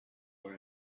were